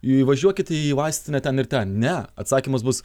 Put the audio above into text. įvažiuokit į vaistinę ten ir ten ne atsakymas bus